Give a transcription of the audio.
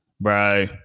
bro